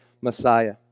Messiah